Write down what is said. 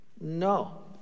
No